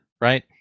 right